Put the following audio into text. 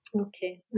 Okay